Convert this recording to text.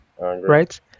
right